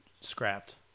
scrapped